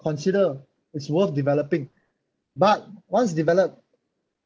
consider it's worth developing but once developed